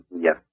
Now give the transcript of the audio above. Yes